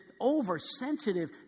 oversensitive